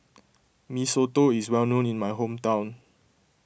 Mee Soto is well known in my hometown